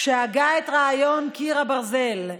כשהגה את רעיון קיר הברזל.